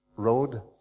road